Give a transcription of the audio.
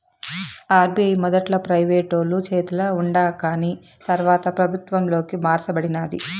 RBI మొదట్ల ప్రైవేటోలు చేతల ఉండాకాని తర్వాత పెబుత్వంలోకి మార్స బడినాది